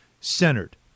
centered